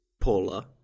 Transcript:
Paula